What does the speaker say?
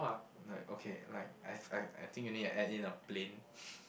like okay like I f~ I I think you need to add in a plane